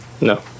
No